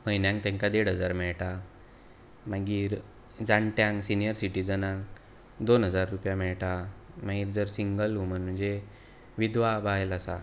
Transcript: म्हयन्यांक तांकां देड हजार मेळटा मागीर जाणट्यांक सिनियर सिटीजनाक दोन हजार रुपया मेळटा मागीर जर सिंगल वूमन म्हणजे विधवा बायल आसा